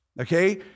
okay